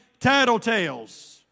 tattletales